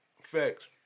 Facts